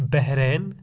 Bahrain